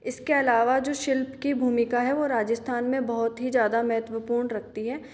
इसके अलावा जो शिल्प की भूमिका है वो राजस्थान में बहुत ही ज़्यादा महत्वपूर्ण रखती है